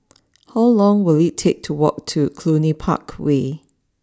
how long will it take to walk to Cluny Park way